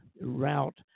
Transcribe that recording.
route